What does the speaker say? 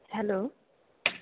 hello